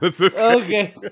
Okay